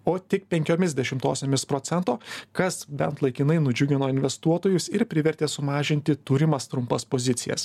o tik penkiomis dešimtosiomis procento kas bent laikinai nudžiugino investuotojus ir privertė sumažinti turimas trumpas pozicijas